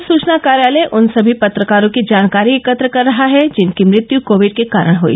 पत्र सुचना कार्यालय उन सभी पत्रकारों की जानकारी एकत्र कर रहा है जिनकी मृत्य कोविड के कारण हई